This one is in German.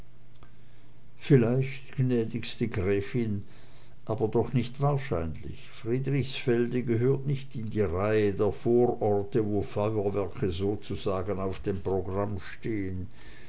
vielleicht gnädigste gräfin aber doch nicht wahrscheinlich friedrichsfelde gehört nicht in die reihe der vororte wo feuerwerke sozusagen auf dem programm stehen